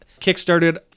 Kickstarted